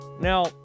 Now